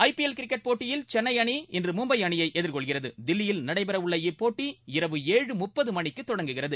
IPL cricket போட்டியில் சென்னை அணி இன்று மும்பை அணியை எதிர்கொள்கிறது தில்லியில் நடைபெறவுள்ள இப்போட்டி இரவு ஏழு முப்பது மணிக்கு தொடங்குகிறது